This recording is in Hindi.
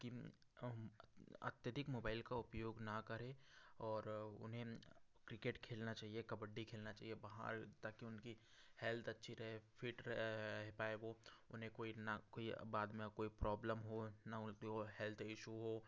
कि हम अत्यधिक मोबाइल का उपयोग ना करें और उन्हें क्रिकेट खेलना चाहिए कबड्डी खेलना चाहिए ताकि उनकी हेल्थ अच्छी रहे फिट रह पाएं वो उन्हें कोई ना कोई बाद में आ कोई प्रॉब्लम हो ना उनको वो हेल्थ ईशू हो